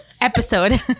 episode